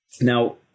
Now